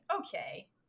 okay